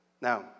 Now